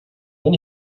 wenn